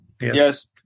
Yes